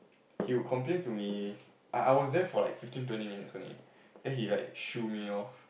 he would complain to me I I was there for like fifteen twenty minutes only then he like shoo me off